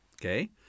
okay